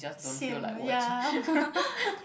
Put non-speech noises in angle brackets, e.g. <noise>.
sian ya <laughs>